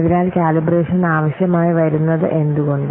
അതിനാൽ കാലിബ്രേഷൻ ആവശ്യമായി വരുന്നത് എന്തുകൊണ്ട്